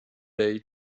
day